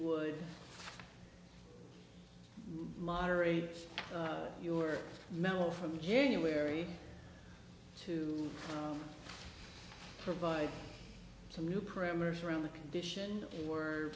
would moderate your metal from january to provide some new parameters around the condition wor